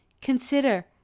Consider